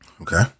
Okay